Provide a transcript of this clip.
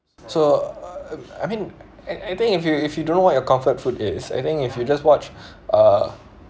so uh I mean I I think if you if you don't know what your comfort food is I think if you just watch uh